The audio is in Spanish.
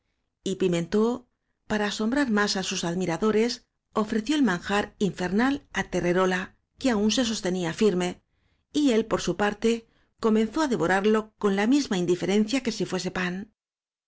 y pimentó para asombrar más á sus admiradores ofreció el manjar infernal al terreróla que aún se sostenía firme y él por su parte comenzó á devorarlo con la misma indi ferencia que si fuese pan